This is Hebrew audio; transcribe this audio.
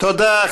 תודה.